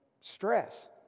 stress